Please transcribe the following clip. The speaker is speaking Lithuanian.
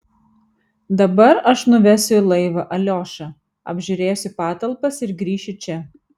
dabar aš nuvesiu į laivą aliošą apžiūrėsiu patalpas ir grįšiu čia